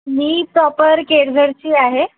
मी proper केळझरची आहे